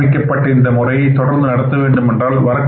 ஆரம்பிக்கப்பட்ட இந்த முறையை தொடர்ந்து நடத்த வேண்டும் என்றால்